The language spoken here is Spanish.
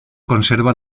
conserva